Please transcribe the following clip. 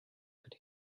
could